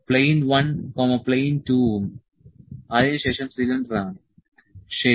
plain 1 plane 2 ഉം അതിനുശേഷം സിലിണ്ടറാണ് ശരി